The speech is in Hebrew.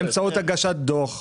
באמצעות הגשת דו"ח,